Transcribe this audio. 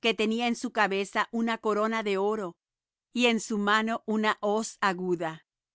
que tenía en su cabeza una corona de oro y en su mano una hoz aguda